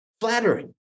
flattering